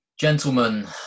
Gentlemen